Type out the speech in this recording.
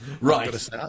right